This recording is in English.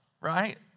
Right